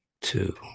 two